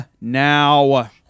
Now